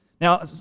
Now